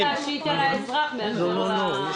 צריך להשית על המדינה ולא על האזרח.